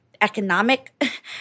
economic